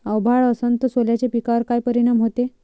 अभाळ असन तं सोल्याच्या पिकावर काय परिनाम व्हते?